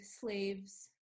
slaves